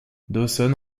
dawson